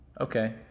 Okay